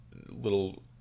little